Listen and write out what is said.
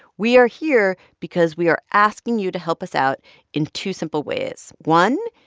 we are here because we are asking you to help us out in two simple ways. one,